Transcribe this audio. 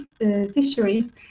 fisheries